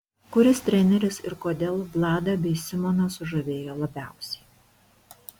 kuris treneris ir kodėl vladą bei simoną sužavėjo labiausiai